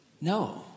no